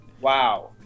Wow